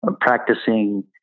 practicing